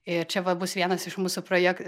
e čia va bus vienas iš mūsų projek